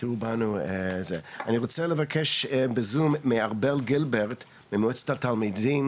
אני רוצה לבקש בזום מארבל גלברט ממועצת התלמידים,